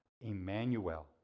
Emmanuel